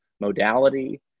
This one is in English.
modality